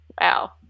Wow